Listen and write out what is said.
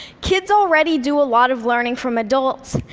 kids already do a lot of learning from adults,